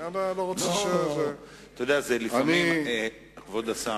אתה יודע, כבוד השר,